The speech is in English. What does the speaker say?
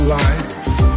life